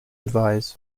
advise